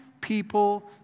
people